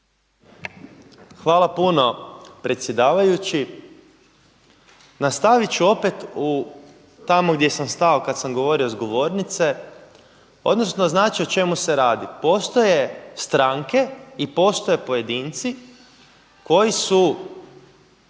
Hvala puno predsjedavajući. Nastavit ću opet u tamo gdje sam stao kada sam govorio s govornice odnosno znači o čemu se radi, postoje stranke i postoje pojedince koji su